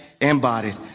Embodied